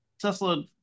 Tesla